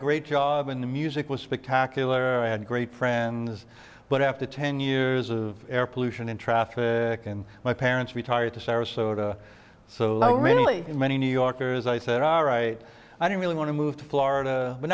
great job when the music was spectacular i had great friends but after ten years of air pollution in traffic and my parents retired to sarasota so really many new yorkers i said all right i don't really want to move to florida but